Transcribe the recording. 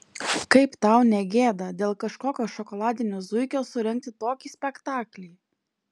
kaip tau ne gėda dėl kažkokio šokoladinio zuikio surengti tokį spektaklį